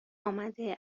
آمده